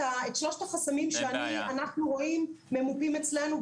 שלושת החסמים שאנחנו רואים ממופים אצלנו,